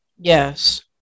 Yes